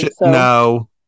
no